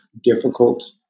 difficult